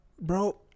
Bro